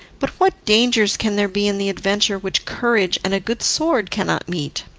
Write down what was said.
but what dangers can there be in the adventure which courage and a good sword cannot meet?